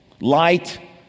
light